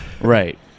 Right